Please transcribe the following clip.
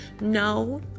No